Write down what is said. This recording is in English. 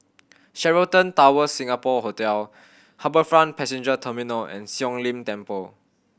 Sheraton Towers Singapore Hotel HarbourFront Passenger Terminal and Siong Lim Temple